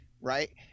right